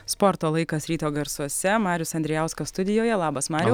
sporto laikas ryto garsuose marius andrijauskas studijoje labas mariau